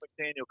McDaniel